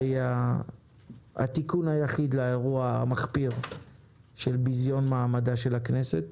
זה יהיה התיקון היחיד לאירוע המחפיר של ביזיון מעמדה של הכנסת,